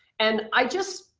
and i just,